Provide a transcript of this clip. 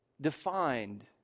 defined